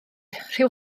rhyw